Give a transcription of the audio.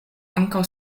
ankaŭ